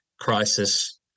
crisis